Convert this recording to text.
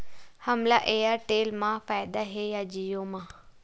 हमला एयरटेल मा फ़ायदा हे या जिओ मा?